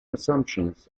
assumptions